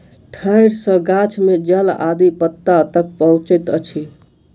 ठाइड़ सॅ गाछ में जल आदि पत्ता तक पहुँचैत अछि